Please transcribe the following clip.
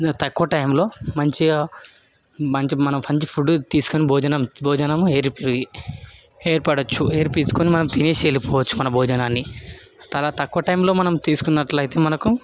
తక్కువ టైంలో మంచిగా మంచి మనం మంచి ఫుడ్డు తీసుకుని భోజనం భోజనం భోజనము ఏర్పడొచ్చు ఏర్పిచ్చుకొని మనం తినేసి వెళ్లిపోవచ్చు మన భోజనాన్ని అలా తక్కువ టైంలో మనం తీసుకున్నట్లయితే మనకు